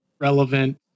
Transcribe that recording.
relevant